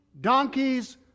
donkeys